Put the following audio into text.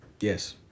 Yes